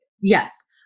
Yes